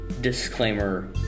disclaimer